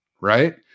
right